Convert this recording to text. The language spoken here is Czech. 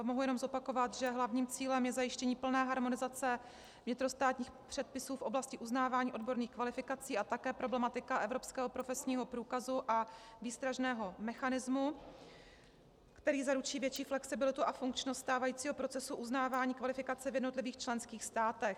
Mohu jenom zopakovat, že hlavním cílem je zajištění plné harmonizace vnitrostátních předpisů v oblasti uznávání odborných kvalifikací a také problematika evropského profesního průkazu a výstražného mechanismu, který zaručí větší flexibilitu a funkčnost stávajícího procesu uznávání kvalifikace v jednotlivých členských státech.